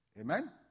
Amen